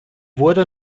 wurde